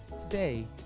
Today